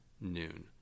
noon